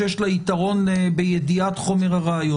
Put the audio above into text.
-- שזה דיון שאין אפשרות לקיים אותו בנוכחות.